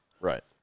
Right